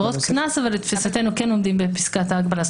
עבירות קנס, לתפיסתנו כן עומדות בפסקת ההגבלה.